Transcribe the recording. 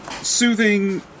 soothing